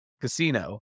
Casino